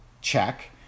check